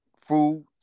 Food